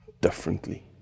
differently